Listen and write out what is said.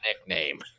nickname